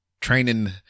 training